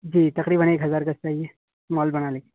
جی تقریباً ایک ہزار گز چاہیے مال بنانے کے